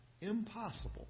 impossible